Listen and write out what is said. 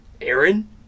Aaron